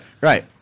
right